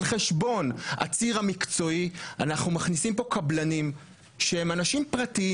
חשבון הציר המקצועי אנחנו מכניסים פה קבלנים שהם אנשים פרטיים